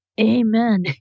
Amen